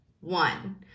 one